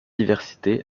diversité